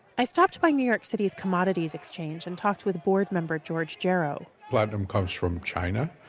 i stopped by new york city's commodities exchange and talked with board member george gero. platinum comes from china.